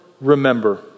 remember